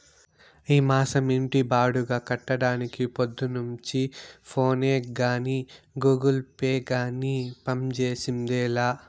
ఈ మాసం ఇంటి బాడుగ కట్టడానికి పొద్దున్నుంచి ఫోనే గానీ, గూగుల్ పే గానీ పంజేసిందేలా